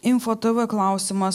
info tv klausimas